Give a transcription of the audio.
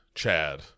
Chad